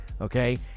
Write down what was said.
okay